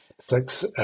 six